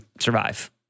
survive